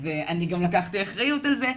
אז אני גם לקחתי אחריות על זה.